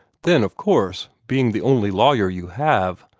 then, of course, being the only lawyer you have,